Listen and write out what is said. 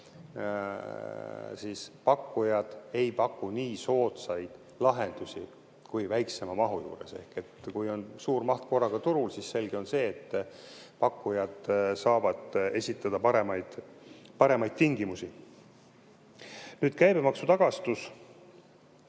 et pakkujad ei paku nii soodsaid lahendusi kui väiksema mahu korral. Ehk kui turul on korraga suur maht, siis selge on see, et pakkujad saavad esitada paremaid tingimusi. Nüüd käibemaksu tagastusest.